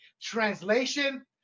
Translation